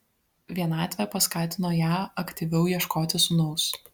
vienatvė paskatino ją aktyviau ieškoti sūnaus